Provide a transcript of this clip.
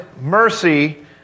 mercy